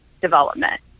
development